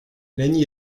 není